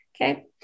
okay